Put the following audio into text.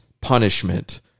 punishment